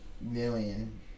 Million